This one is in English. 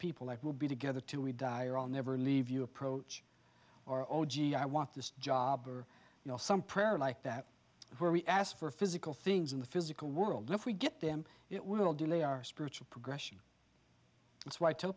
people that will be together to we die or all never leave you approach or all gee i want this job or you know some prayer like that where we ask for physical things in the physical world if we get them it will delay our spiritual progression